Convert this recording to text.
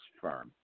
firm